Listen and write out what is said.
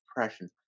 depression